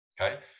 okay